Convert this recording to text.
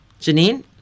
Janine